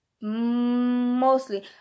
mostly